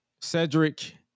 Cedric